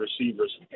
receivers